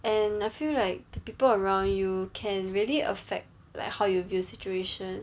and I feel like the people around you can really affect like how you view situation